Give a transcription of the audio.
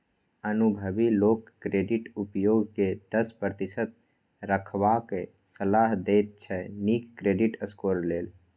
अनुभबी लोक क्रेडिट उपयोग केँ दस प्रतिशत रखबाक सलाह देते छै नीक क्रेडिट स्कोर लेल